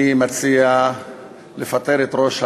אני מציע לפטר את ראש הממשלה.